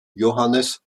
johannes